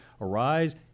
arise